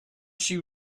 she